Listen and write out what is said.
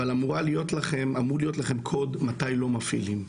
אבל אמור להיות לכם קוד מתי לא מפעילים,